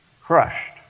crushed